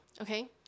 Okay